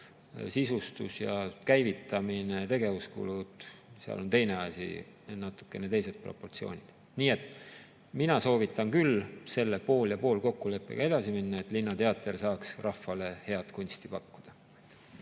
Sisustus, käivitamine ja tegevuskulud – need on teine asi, seal on natukene teised proportsioonid. Nii et mina soovitan küll selle pool-ja-pool-kokkuleppega edasi minna, et linnateater saaks rahvale head kunsti pakkuda.